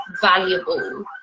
valuable